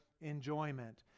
enjoyment